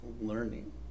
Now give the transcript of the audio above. learning